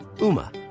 Uma